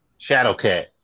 Shadowcat